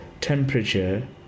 temperature